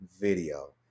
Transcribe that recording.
Video